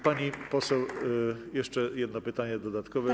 Pani poseł zada jeszcze jedno pytanie dodatkowe.